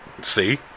See